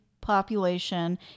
population